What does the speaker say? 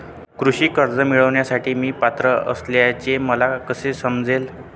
कृषी कर्ज मिळविण्यासाठी मी पात्र असल्याचे मला कसे समजेल?